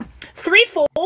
Threefold